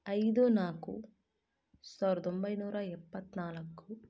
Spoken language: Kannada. ಐದು ನಾಲ್ಕು ಸಾವಿರದ ಒಂಬೈನೂರ ಎಪ್ಪತ್ನಾಲ್ಕು